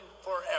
forever